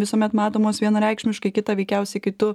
visuomet matomos vienareikšmiškai kita veikiausiai kai tu